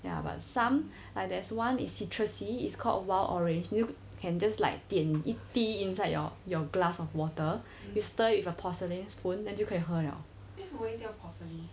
ya but some like there's one is citrusy is called wild orange you can just like 点一滴 inside your your glass of water you stir with a porcelain spoon then 就可以喝 liao